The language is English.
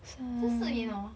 这四名哦